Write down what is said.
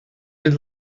mynd